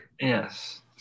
Yes